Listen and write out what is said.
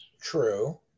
True